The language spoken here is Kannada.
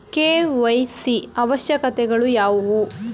ಕೆ.ವೈ.ಸಿ ಅವಶ್ಯಕತೆಗಳು ಯಾವುವು?